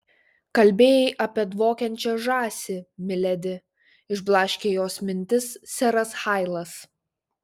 kalbėjai apie dvokiančią žąsį miledi išblaškė jos mintis seras hailas